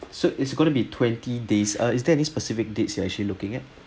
so it's going to be twenty days uh is there any specific dates you're actually looking at